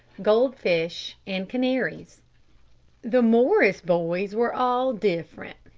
goldfish and canaries the morris boys were all different.